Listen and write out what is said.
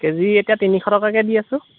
কে G এতিয়া তিনিশ টকাকৈ দি আছোঁ